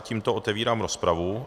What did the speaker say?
Tímto otevírám rozpravu.